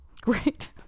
Great